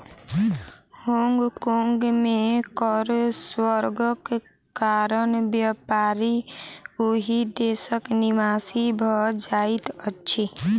Hong Kong में कर स्वर्गक कारण व्यापारी ओहि देशक निवासी भ जाइत अछिं